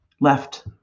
left